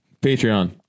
Patreon